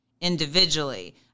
individually